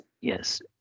Yes